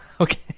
okay